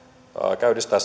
käynnistää